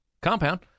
compound